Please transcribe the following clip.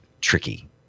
tricky